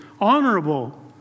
honorable